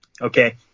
Okay